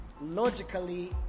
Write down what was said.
Logically